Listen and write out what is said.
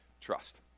trust